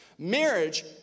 Marriage